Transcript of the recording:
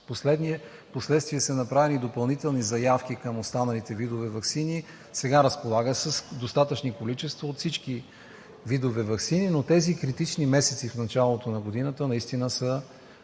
Впоследствие са направени допълнителни заявки за останалите видове ваксини. Сега разполага с достатъчни количества от всички видове ваксини. Тези критични месеци в началото на годината наистина са